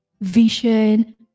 vision